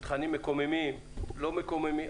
תכנים מקוממים, לא מקוממים.